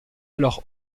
alors